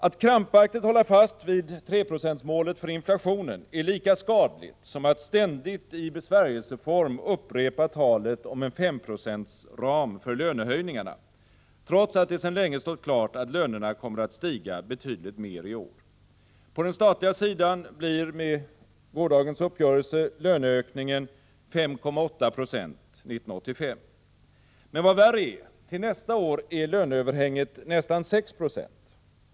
Att krampaktigt hålla fast vid 3-procentsmålet för inflationen är lika skadligt som att ständigt i besvärjelseform upprepa talet om en 5-procentsram för lönehöjningarna, trots att det sedan länge stått klart att lönerna kommer att stiga betydligt mer i år. På den statliga sidan blir med gårdagens uppgörelse löneökningen 5,8 96 1985. Men vad värre är — till nästa år är löneöverhänget nästan 6 76.